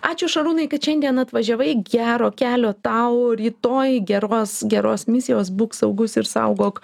ačiū šarūnai kad šiandien atvažiavai gero kelio tau rytoj geros geros misijos būk saugus ir saugok